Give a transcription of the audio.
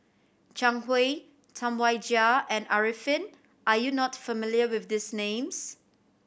Zhang Hui Tam Wai Jia and Arifin are you not familiar with these names